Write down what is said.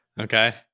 Okay